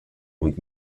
und